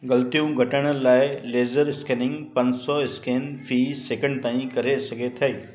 ग़लतियूं घटाइण लाइ लेजर स्कैनिंग पंज सौ स्कैन फी सैकेंड ताईं करे सघे थो